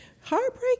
Heartbreak